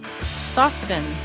Stockton